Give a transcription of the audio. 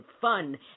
fun